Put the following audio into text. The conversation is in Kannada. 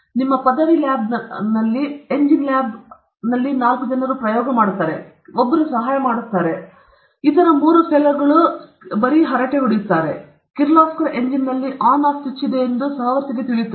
ನಿಮ್ಮ ಪದವಿ ಲ್ಯಾಬ್ ಅಡಿಯಲ್ಲಿ ಎಂಜಿನ್ ಲ್ಯಾಬ್ ಮತ್ತು ಎಲ್ಲಾ ನಾಲ್ಕು ಜನರು ಪ್ರಯೋಗ ಮಾಡುತ್ತದೆ ಕೇವಲ ಒಬ್ಬರೂ ಸಹ ಮಾಡುತ್ತಾರೆ ಎಲ್ಲಾ ಇತರ ಮೂರು ಫೆಲೋಗಳು ಸರಿ ಚಾಟ್ ಮಾಡಲಾಗುತ್ತದೆ ಕಿರ್ಲೋಸ್ಕರ್ ಇಂಜಿನ್ ನಲ್ಲಿ ಆನ್ ಆಫ್ ಸ್ವಿಚ್ ಇದೆ ಎಂದು ಸಹವರ್ತಿಗೆ ತಿಳಿಯುತ್ತದೆ